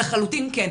לחלוטין כן,